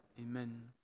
Amen